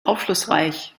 aufschlussreich